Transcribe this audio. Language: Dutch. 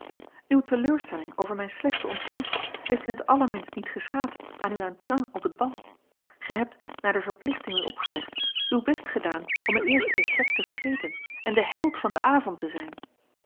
uwe teleurstelling over mijne slechte ontvangst heeft in t allerminst niet geschaad aan uw entrain op het bal gij hebt naar de verplichting u opgelegd uw best gedaan om een eerste échec te vergeten en de held van den avond te zijn